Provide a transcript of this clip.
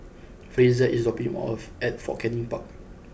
Frazier is dropping me off at Fort Canning Park